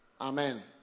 Amen